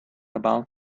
about